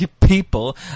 People